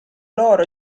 loro